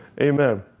Amen